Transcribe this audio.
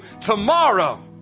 tomorrow